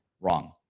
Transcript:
wrong